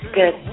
good